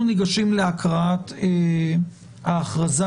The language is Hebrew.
אנחנו ניגשים להקראת ההכרזה.